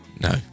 no